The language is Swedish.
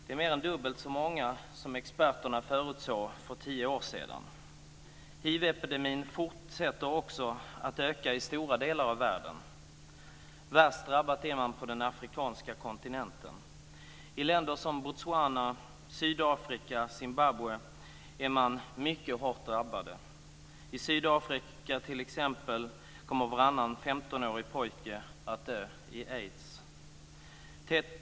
Det är mer än dubbelt så många som experterna förutsåg för tio år sedan. Hivepidemin fortsätter också att öka i stora delar av världen. Värst drabbad är man på den afrikanska kontinenten. I länder som Botswana, Sydafrika och Zimbabwe är man mycket hårt drabbad. I Sydafrika t.ex. kommer varannan 15-årig pojke att dö i aids.